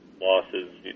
losses